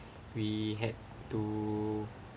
we had to